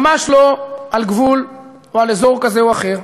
ממש לא על גבול או על אזור כזה או אחר.